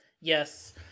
Yes